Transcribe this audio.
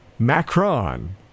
Macron